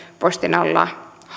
postin alalla